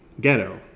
ghetto